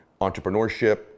entrepreneurship